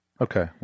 Okay